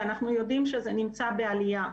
ואנחנו יודעים שזה נמצא בעלייה.